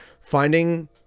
finding